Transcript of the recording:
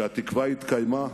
שהתקווה התקיימה,